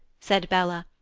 said bella,